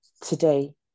today